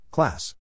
Class